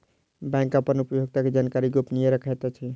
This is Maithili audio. बैंक अपन उपभोगता के जानकारी गोपनीय रखैत अछि